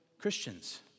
Christians